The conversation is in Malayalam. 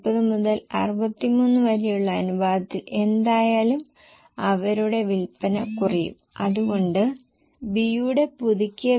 ഇപ്പോൾ S D വേരിയബിൾ ഭാഗത്തേക്ക് പോകുമ്പോൾ അതേ നിയമം 1